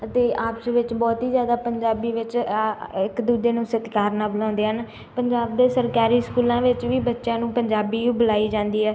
ਅਤੇ ਆਪਸ ਵਿੱਚ ਬਹੁਤ ਹੀ ਜ਼ਿਆਦਾ ਪੰਜਾਬੀ ਵਿੱਚ ਆ ਇੱਕ ਦੂਜੇ ਨੂੰ ਸਤਿਕਾਰ ਨਾਲ ਬੁਲਾਉਂਦੇ ਹਨ ਪੰਜਾਬ ਦੇ ਸਰਕਾਰੀ ਸਕੂਲਾਂ ਵਿੱਚ ਵੀ ਬੱਚਿਆਂ ਨੂੰ ਪੰਜਾਬੀ ਬੁਲਾਈ ਜਾਂਦੀ ਹੈ